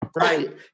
Right